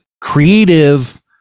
creative